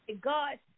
God